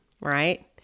right